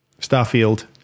Starfield